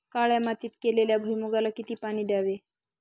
काळ्या मातीत केलेल्या भुईमूगाला किती पाणी द्यावे?